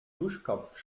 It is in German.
duschkopf